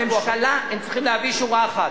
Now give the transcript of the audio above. לממשלה הם צריכים להביא שורה אחת: